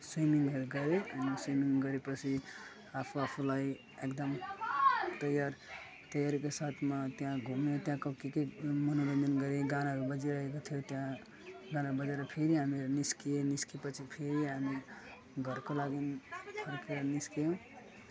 स्विमिङहरू गरे हामी गरेपछि आफू आफूलाई एकदम तयार तयारीको साथमा त्यहाँ घुम्यो त्यहाँको के के मनोरञ्जन गरी गानाहरू बजिरहेको थियो त्यहाँ गानाहरू बजेर फेरि हामी निस्किएँ निस्किएपछि फेरि हामी घरको लागि फर्किएर निस्क्यिौँ